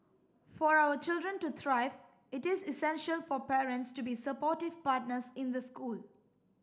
for our children to thrive it is essential for parents to be supportive partners in the school